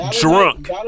Drunk